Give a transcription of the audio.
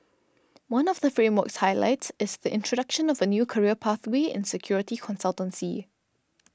one of the framework's highlights is the introduction of a new career pathway in security consultancy